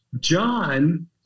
John